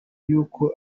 y’uko